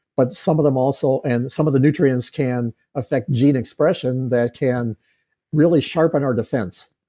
but some of them also. and some of the nutrients can affect gene expression, that can really sharpen our defense.